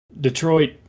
Detroit